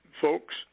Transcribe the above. folks